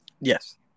Yes